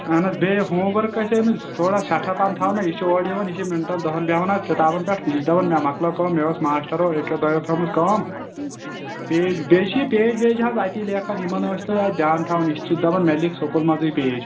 اَہن حظ بیٚیہِ ہوٗم ؤرک أسۍ أمِس تھوڑا سیٚٹھاہ پہم تھاوان نا یہِ چھُ اورٕ یِوان یہِ چھُ مِنٹن دَہن بیٚہن حظ کِتابن پیٚٹھ یہِ چھُ دپان مےٚ مۄکلأو کأم مےٚ أس ماشٹرو اکیٛو دۄیَو تھأومٕژ کأم پیچ بیٚیہِ چھُ یہِ پیج ویج حظ اَتی لیٚکھان یِمن أسۍتَو اَتہِ دیٛان تھاوان یہِ چھُ دپان مےٚ لیٚکھۍ سکوٗلہٕ منٛزٕے پیج